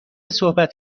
صحبت